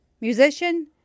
musician